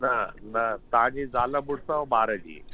न न तव्हांजी ज़ालि मुड़ुसु ऐं ॿार जी हा जी हा